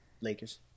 Lakers